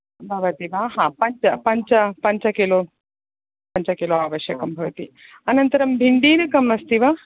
भवति वा आम् पञ्च पञ्च पञ्चकिलो पञ्चकिलो आवश्यकं भवति अनन्तरं भिण्डीनकम् अस्ति वा